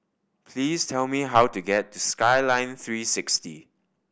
please tell me how to get to Skyline three six D